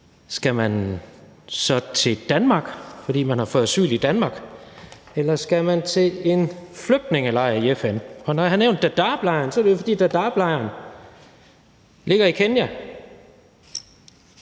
Skal man så til Danmark, fordi man har fået asyl i Danmark, eller skal man til en af FN's flygtningelejre? Når jeg har nævnt Dadaablejren er det jo, fordi Dadaablejren ligger i Kenya